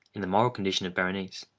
in the moral condition of berenice,